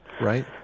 Right